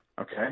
Okay